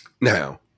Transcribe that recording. Now